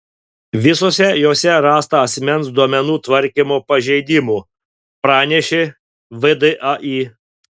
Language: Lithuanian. visose jose rasta asmens duomenų tvarkymo pažeidimų pranešė vdai